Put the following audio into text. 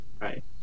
right